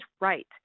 right